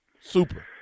Super